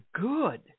good